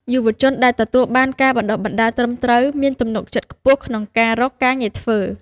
យុវជនដែលទទួលបានការបណ្ដុះបណ្ដាលត្រឹមត្រូវ មានទំនុកចិត្តខ្ពស់ក្នុងការរកការងារធ្វើ។